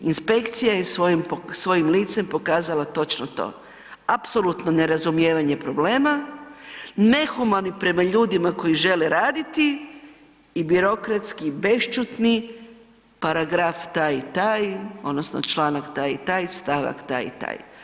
Inspekcija je svojim licem pokazala točno to, apsolutno nerazumijevanje problema, nehumani prema ljudima koji žele raditi i birokratski bešćutni paragraf taj i taj odnosno članak taj i taj, stavak taj i taj.